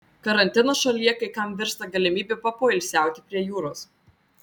karantinas šalyje kai kam virsta galimybe papoilsiauti prie jūros